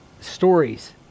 stories